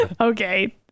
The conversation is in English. Okay